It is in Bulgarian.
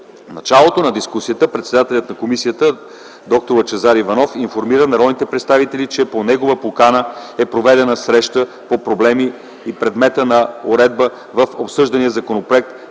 началото на дискусията председателят на комисията д-р Лъчезар Иванов информира народните представители, че по негова покана е проведена среща по проблемите, предмет на уредба в обсъждания законопроект,